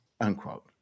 unquote